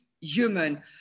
human